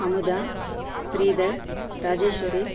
Amudha Sridhar Rajeshwari